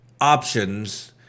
options